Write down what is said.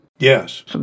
Yes